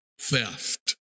theft